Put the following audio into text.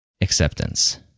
acceptance